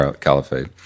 caliphate